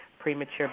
premature